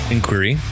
Inquiry